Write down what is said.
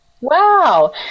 wow